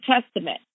Testament